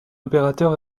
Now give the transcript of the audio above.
opérateur